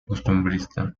costumbrista